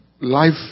life